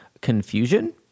confusion